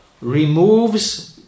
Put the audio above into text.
removes